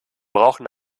brauchen